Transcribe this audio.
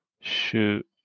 shoot